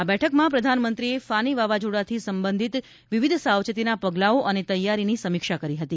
આ બેઠકમાં પ્રધાનમંત્રીએ ફાની વાવાઝોડાથી સંબંધિત વિવિધ સાવચેતીના પગલાઓ અને તૈયારી સમીક્ષા કરી હતી